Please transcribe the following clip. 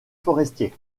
forestier